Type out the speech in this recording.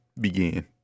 begin